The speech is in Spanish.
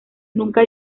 nunca